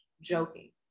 joking